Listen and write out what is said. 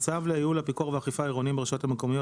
"צו לייעול הפיקוח והאכיפה העירוניים ברשויות המקומיות